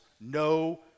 no